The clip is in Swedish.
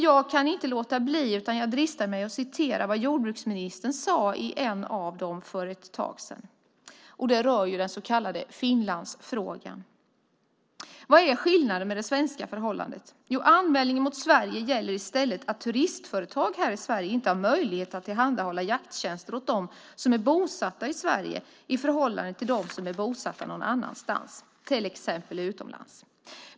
Jag dristar mig till att citera vad jordbruksministern för ett tag sedan sade i en av interpellationsdebatterna. Det rör då den så kallade Finlandsfrågan: "Vad är då skillnaden mot det svenska förhållandet? Ja, anmälningarna mot Sverige gällde i stället att turistföretag här i Sverige inte hade möjlighet att tillhandahålla jakttjänster åt dem som är bosatta i Sverige i förhållande till dem som är bosatta någon annanstans, till exempel utomlands.